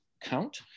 count